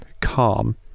calm